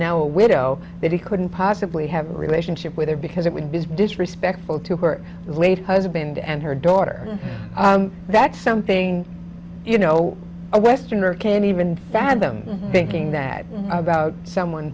now a widow that he couldn't possibly have a relationship with her because it would be disrespectful to her late husband and her daughter that's something you know a westerner can't even fathom thinking that about someone